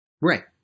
Right